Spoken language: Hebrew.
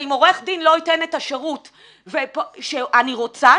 ואם עורך דין לא ייתן את השירות שאני רוצה,